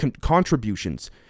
contributions